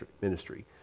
ministry